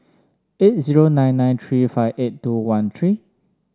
eight zero nine nine three five eight two one three